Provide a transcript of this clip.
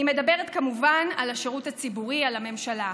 אני מדברת כמובן על השירות הציבורי, על הממשלה.